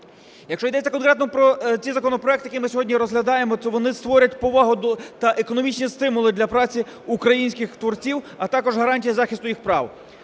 Якщо йдеться конкретно про ці законопроекти, які ми сьогодні розглядаємо, то вони створять повагу та економічні стимули для праці українських творців, а також гарантії захисту їх прав.